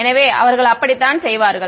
எனவே அவர்கள் அப்படித்தான் செய்வார்கள்